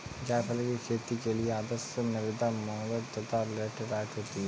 जायफल की खेती के लिए आदर्श मृदा दोमट तथा लैटेराइट होती है